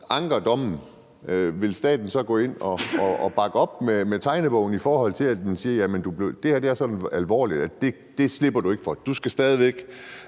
anker dommen. Vil staten så gå ind og bakke op med tegnebogen i forhold til at sige: Det her er så alvorligt, at det slipper du ikke for; du skal stadig væk